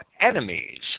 enemies